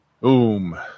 Boom